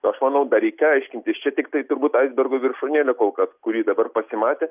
aš manau dar reikia aiškintis čia tiktai turbūt aisbergo viršūnėlė kol kas kuri dabar pasimatė